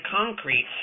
concrete